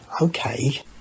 Okay